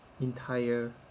entire